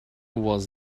was